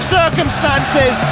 circumstances